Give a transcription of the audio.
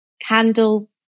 Candle